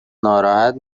ناراحت